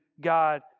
God